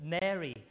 Mary